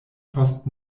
post